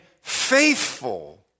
faithful